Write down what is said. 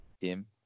team